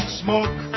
smoke